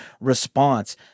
response